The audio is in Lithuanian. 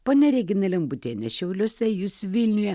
ponia regina lembutienė šiauliuose jūs vilniuje